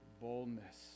boldness